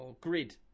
Grid